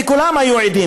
וכולם עדים,